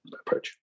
approach